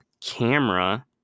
camera